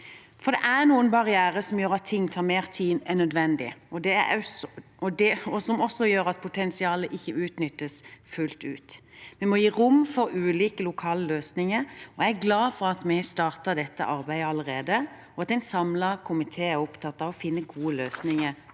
Det er noen barrierer som gjør at ting tar mer tid enn nødvendig, og som også gjør at potensialet ikke utnyttes fullt ut. Vi må gi rom til ulike lokale løsninger, og jeg er glad for at vi har startet dette arbeidet allerede, og at en samlet komité er opptatt av å finne gode løsninger